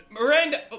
Miranda